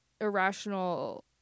irrational